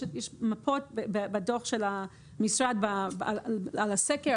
יש מפות בדוח של המשרד על הסקר,